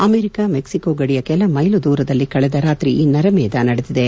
America Mexico ಗಡಿಯ ಕೆಲ mile ದೂರದಲ್ಲಿ ಕಳೆದ ರಾತ್ರಿ ಈ ನರಮೇಧ ನಡೆದಿದೆ